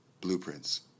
blueprints